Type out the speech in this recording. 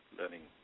learning